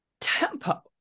tempo